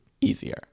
Easier